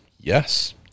Yes